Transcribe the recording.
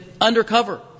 undercover